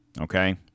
Okay